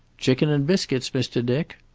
chicken and biscuits, mr. dick.